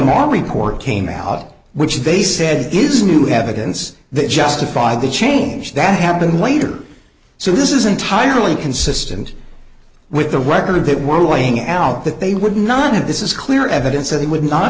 more report came out which they said is new have against that justify the change that happened later so this is entirely consistent with the record that we're laying out that they would not have this is clear evidence that they would not